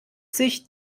sich